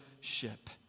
ship